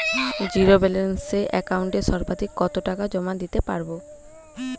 Zero balance একাউন্টে সর্বাধিক কত টাকা জমা দিতে পারব?